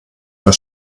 der